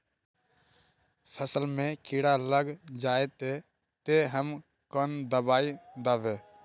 फसल में कीड़ा लग जाए ते, ते हम कौन दबाई दबे?